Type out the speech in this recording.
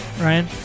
Ryan